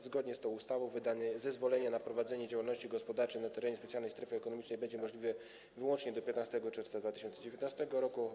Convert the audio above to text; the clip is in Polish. Zgodnie z tą ustawą wydanie zezwolenia na prowadzenie działalności gospodarczej na terenie specjalnej strefy ekonomicznej będzie możliwe wyłącznie do 15 czerwca 2019 r.